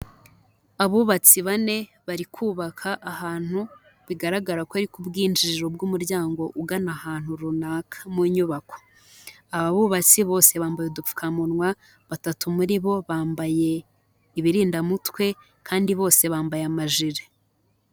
Abubatsi bane bari kubaka ahantu bigaragara ko ari ku bwinjiriro bw'umuryango ugana ahantu runaka mu nyubako. Aba bubatsi bose bambaye udupfukamunwa, batatu muri bo bambaye ibirindamutwe kandi bose bambaye amajire.